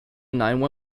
nine